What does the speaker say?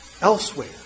elsewhere